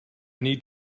need